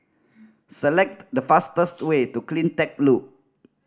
select the fastest way to Cleantech Loop